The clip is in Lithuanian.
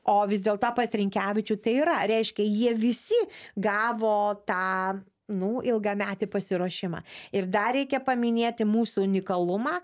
o vis dėlto pas rinkevičių tai yra reiškia jie visi gavo tą nu ilgametį pasiruošimą ir dar reikia paminėti mūsų unikalumą